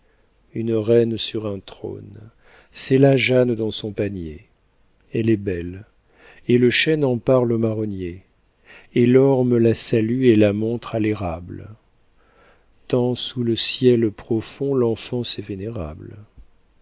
une reine sur un trône c'est là jeanne dans son panier elle est belle et le chêne en parle au marronnier et l'orme la salue et la montre à l'érable tant sous le ciel profond l'enfance est vénérable